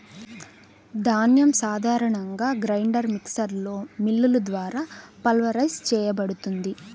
ధాన్యం సాధారణంగా గ్రైండర్ మిక్సర్లో మిల్లులు ద్వారా పల్వరైజ్ చేయబడుతుంది